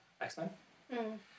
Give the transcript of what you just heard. X-Men